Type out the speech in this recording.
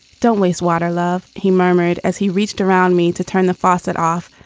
don't waste water, love, he murmured as he reached around me to turn the faucet off,